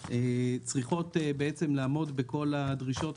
המאסדר יוכל לקבוע הוראות נוספות לעניין החוק הזה,